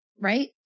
right